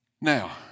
Now